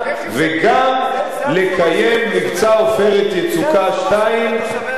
וגם לקיים מבצע "עופרת יצוקה 2" לך עם זה לתושבי הדרום.